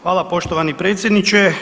Hvala poštovani predsjedniče.